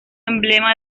emblema